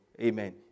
Amen